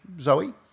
Zoe